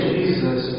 Jesus